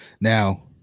now